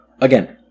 Again